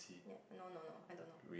ya no no no I don't know